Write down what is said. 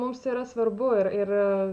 mums yra svarbu ir ir